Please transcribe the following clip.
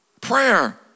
Prayer